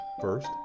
First